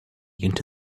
into